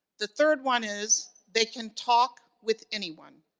the third one is, they can talk with anyone.